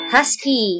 Husky